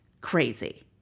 crazy